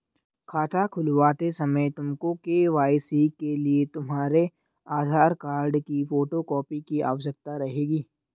खाता खुलवाते समय तुमको के.वाई.सी के लिए तुम्हारे आधार कार्ड की फोटो कॉपी की आवश्यकता रहेगी